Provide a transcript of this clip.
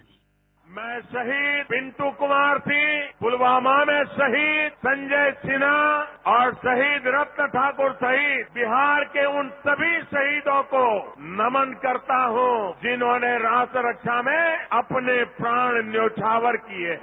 मैं शहीद पिन्टु कुमार सिंह पुलवामा में शहीद संजय सिन्हा और शहीद रतन ठाकुर सहित बिहार के उन सभी शहीदों को नमन करता हूं जिन्होंने राष्ट्र रक्षा में अपने प्राण न्यौछावर किये है